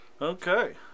Okay